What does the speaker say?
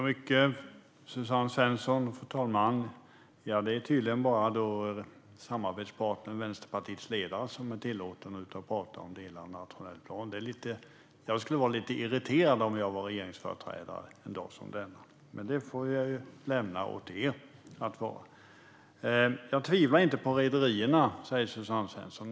Fru talman! Det är tydligen bara samarbetspartnern Vänsterpartiets ledare som är tillåten att gå ut och prata om delar av en nationell plan. Jag skulle vara lite irriterad, Suzanne Svensson, om jag vore regeringsföreträdare en dag som denna, men det får jag lämna åt er att vara. Jag tvivlar inte på rederierna, säger Suzanne Svensson.